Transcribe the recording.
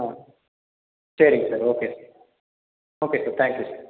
ஆ சரிங்க sir okay okay sir thank you sir